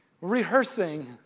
rehearsing